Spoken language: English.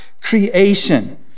creation